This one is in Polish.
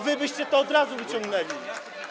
Wy byście to od razu wyciągnęli.